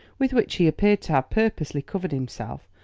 with which he appeared to have purposely covered himself,